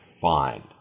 find